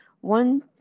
One